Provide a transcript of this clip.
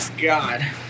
God